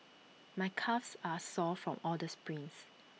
my calves are sore from all the sprints